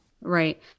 Right